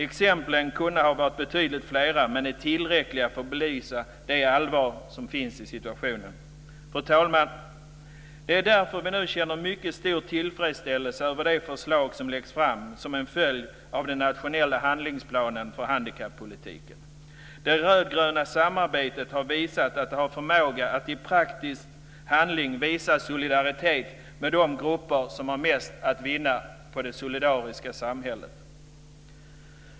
Exemplen kunde ha varit betydligt flera, men de är tillräckligt många för att belysa allvaret i situationen. Fru talman! Det är därför som vi nu känner mycket stor tillfredsställelse över det förslag som läggs fram som en följd av den nationella handlingsplanen för handikappolitiken. Det rödgröna samarbetet har visat att det har förmåga att i praktisk handling visa solidaritet med de grupper som har mest att vinna på ett solidariskt samhälle.